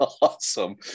awesome